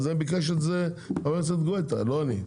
ביקש את זה חבר הכנסת גואטה, לא אני.